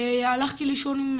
הלכתי לישון,